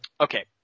Okay